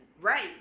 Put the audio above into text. Right